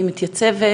היא מתייצבת